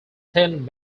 ten